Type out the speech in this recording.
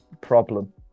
problem